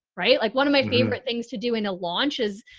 right? like one of my favorite things to do in a launch is,